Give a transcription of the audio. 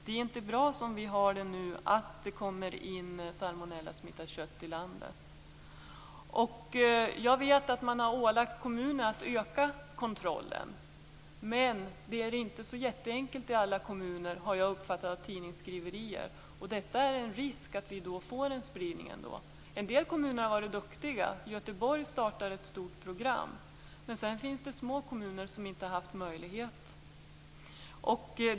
Det är inte bra som vi har det nu, att det kommer in salmonellasmittat kött i landet. Jag vet att man har ålagt kommunerna att öka kontrollen, men det är inte så jätteenkelt i alla kommuner, såsom jag har uppfattat tidningsskriverier. Det är en risk att vi får en spridning ändå. En del kommuner har varit duktiga. Göteborg startade ett stort program, men sedan finns det små kommuner som inte haft samma möjligheter.